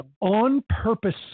on-purpose